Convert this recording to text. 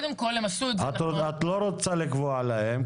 את לא רוצה לקבוע להם,